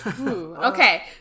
okay